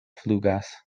flugas